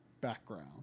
background